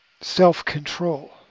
self-control